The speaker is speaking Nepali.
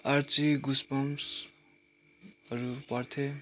आर्ची गुजबम्सहरू पढ्थे